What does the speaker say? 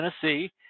Tennessee